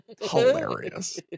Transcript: Hilarious